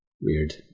weird